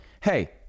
hey